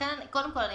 קודם כל,